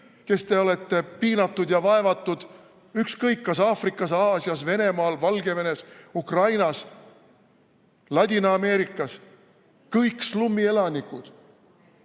kes te olete piinatud ja vaevatud, ükskõik, kas Aafrikas, Aasias, Venemaal, Valgevenes, Ukrainas, Ladina-Ameerikas! Kõik slummielanikud,